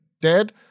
dead